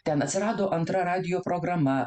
ten atsirado antra radijo programa